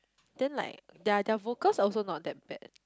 then like their their vocals also not that bad